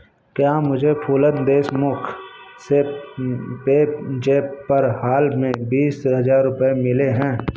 क्या मुझे फूलन देशमुख से पेज़ैप पर हाल में बीस रुपये मिले हैं